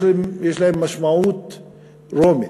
יש להן משמעות "רומית".